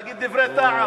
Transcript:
להגיד דברי טעם,